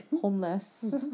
Homeless